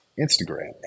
Instagram